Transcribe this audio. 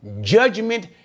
Judgment